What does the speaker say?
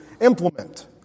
implement